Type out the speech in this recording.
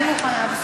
אני מוכנה.